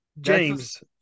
james